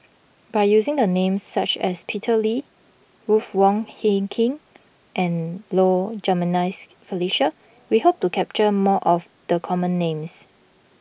by using names such as Peter Lee Ruth Wong Hie King and Low Jimenez Felicia we hope to capture more of the common names